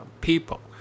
people